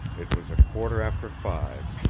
it was a quarter after five.